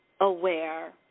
Aware